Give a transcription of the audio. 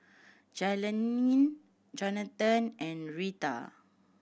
Jailene Jonathan and Reta